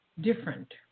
different